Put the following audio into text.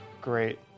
great